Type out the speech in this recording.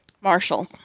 Marshall